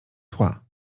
tla